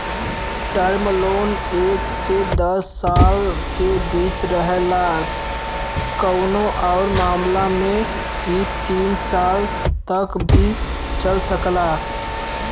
term loan एक से दस साल के बीच रहेला कउनो आउर मामला में इ तीस साल तक भी चल सकला